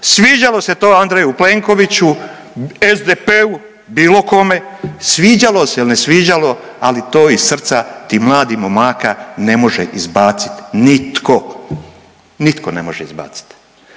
sviđalo se to Andreju Plenkoviću, SDP-u, bilo kome, sviđalo se ili ne sviđalo, ali to iz srca tih mladih momaka ne može izbaciti nitko. Nitko ne može izbaciti.